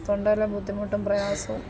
തൊണ്ടയിലെ ബുദ്ധിമുട്ടും പ്രയാസവും